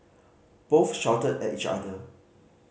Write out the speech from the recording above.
both shouted at each other